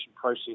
process